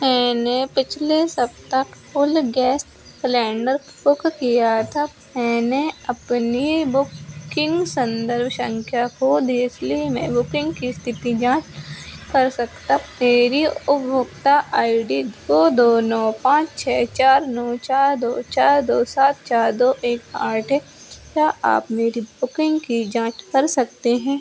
मैंने पिछले सप्ताह गैस सिलेंडर बुक किया था मैंने अपनी बुकिंग संदर्भ संख्या को देसली में बुकिंग की स्थिति जाँच कर सकता उपभोगता आइ डी को दो नौ पाँच छः चार नौ चार दो चार दो सात चार दो एक आठ क्या आप मेरी बुकिंग की जाँच कर सकते हैं